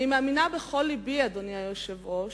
אני מאמינה בכל לבי, אדוני היושב-ראש,